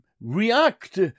react